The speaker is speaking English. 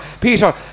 Peter